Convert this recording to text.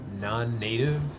Non-native